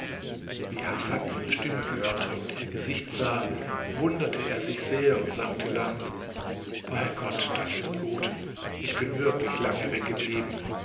wie hasan ihre stimme hörte und ihr gesicht sah wunderte er sich sehr und sagte lachend bei gott das ist gut ich bin wirklich lange weggeblieben